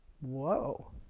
Whoa